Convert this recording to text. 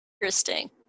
Interesting